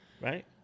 right